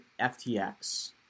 FTX